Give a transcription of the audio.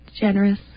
generous